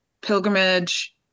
pilgrimage